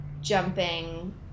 jumping